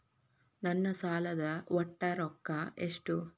ನನ್ನ ಸಾಲದ ಒಟ್ಟ ರೊಕ್ಕ ಎಷ್ಟು?